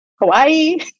Hawaii